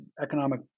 economic